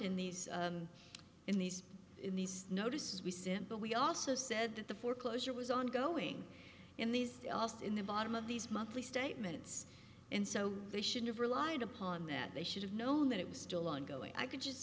in these in these in these notices we sent but we also said that the foreclosure was ongoing in these last in the bottom of these monthly statements and so they should have relied upon that they should have known that it was still ongoing i could just